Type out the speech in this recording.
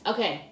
Okay